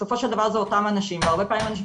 בסופו של דבר זה אותם אנשים והרבה פעמים אנשים